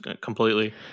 completely